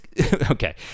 okay